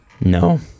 No